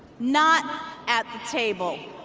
not at the table,